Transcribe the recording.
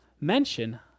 mention